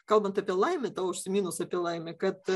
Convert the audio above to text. kalbant apie laimę tau užsiminus apie laimę kad